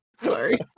Sorry